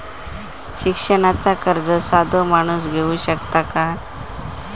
शिक्षणाचा कर्ज साधो माणूस घेऊ शकता काय?